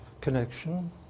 connection